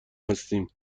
هستیم